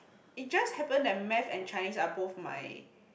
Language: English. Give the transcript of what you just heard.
it just happen that math and Chinese are both my